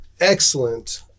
excellent